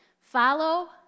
Follow